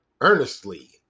earnestly